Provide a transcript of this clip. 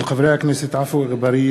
הצעתם של חברי הכנסת עפו אגבאריה,